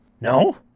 No